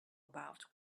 about